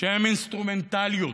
שהן אינסטרומנטליות.